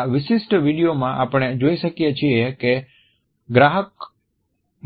આ વિશિષ્ટ વિડીયોમાં આપણે જોઈ શકીએ છીએ કે ગ્રાહક